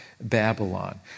Babylon